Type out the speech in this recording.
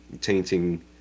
tainting